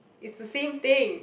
it's the same thing